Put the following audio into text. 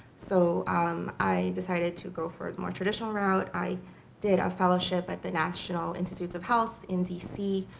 so i decided to go for a more traditional route. i did a fellowship at the national institutes of health in dc.